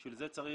בשביל זה צריך